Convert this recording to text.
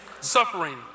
suffering